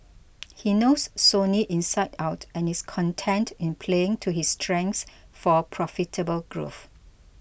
he knows Sony inside out and is content in playing to his strengths for profitable growth